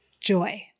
joy